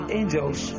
angels